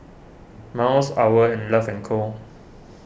Miles Owl and Love and Co